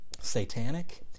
satanic